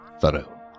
thorough